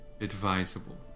advisable